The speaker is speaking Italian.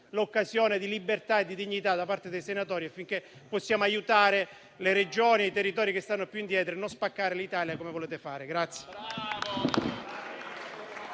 un'occasione di libertà e di dignità per senatori, affinché possiamo aiutare le Regioni e i territori che stanno più indietro e non spaccare l'Italia, come volete fare.